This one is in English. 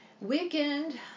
Weekend